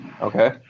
Okay